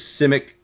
simic